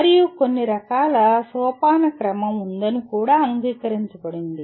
మరియు కొన్ని రకాల సోపానక్రమం ఉందని కూడా అంగీకరించబడింది